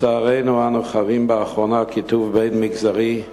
לצערנו, אנו חווים באחרונה קיטוב בין-מגזרי.